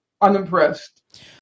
unimpressed